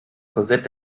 korsett